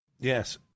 Yes